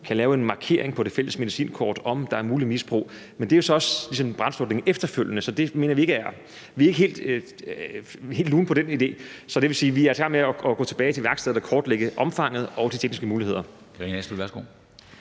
kan lave en markering på det fælles medicinkort med hensyn til et muligt misbrug, men der er også ligesom tale om brandslukning efterfølgende, så vi er ikke helt lune på den idé. Så det vil sige, at vi er i gang med at gå tilbage til værkstedet og kortlægge omfanget og de tekniske muligheder.